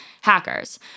hackers